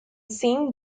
saint